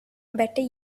better